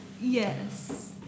Yes